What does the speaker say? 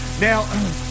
Now